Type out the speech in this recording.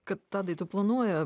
kad tadai tu planuoja